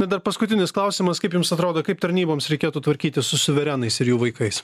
ir dar paskutinis klausimas kaip jums atrodo kaip tarnyboms reikėtų tvarkytis su suverenais ir jų vaikais